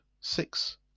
six